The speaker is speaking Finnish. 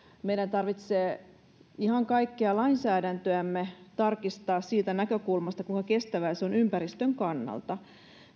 meidän tarvitsee ihan kaikkea lainsäädäntöämme tarkistaa siitä näkökulmasta kuinka kestävää se on ympäristön kannalta